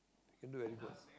can do anything